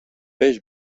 peix